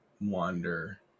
wander